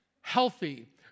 healthy